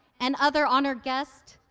and other honored guests,